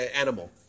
animal